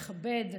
מכבד,